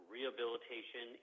rehabilitation